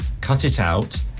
cutitout